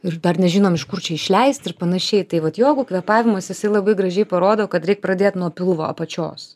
ir dar nežinom iš kur čia išleist ir panašiai tai vat jogų kvėpavimas jisai labai gražiai parodo kad reik pradėt nuo pilvo apačios